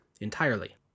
entirely